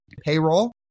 payroll